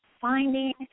finding